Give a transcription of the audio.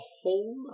whole